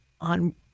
on